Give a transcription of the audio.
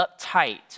uptight